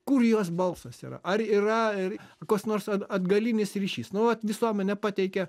kur jos balsas yra ar yra ir koks nors at atgalinis ryšys nu vat visuomenė pateikia